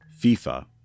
FIFA